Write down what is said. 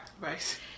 Right